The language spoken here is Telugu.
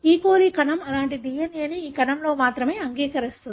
coli కణం అలాంటి DNA ని ఒక కణంలో మాత్రమే అంగీకరిస్తుంది